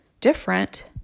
different